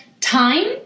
time